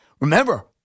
Remember